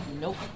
nope